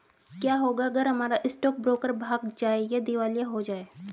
क्या होगा अगर हमारा स्टॉक ब्रोकर भाग जाए या दिवालिया हो जाये?